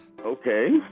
Okay